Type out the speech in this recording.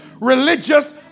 religious